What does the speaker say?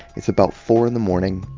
it's about four in the morning,